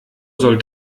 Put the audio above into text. soll